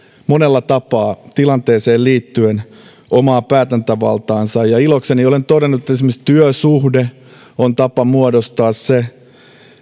monella tapaa tilanteeseen liittyen omaa päätäntävaltaansa ja ilokseni olen todennut että esimerkiksi työsuhde on tapa saada se